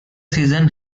season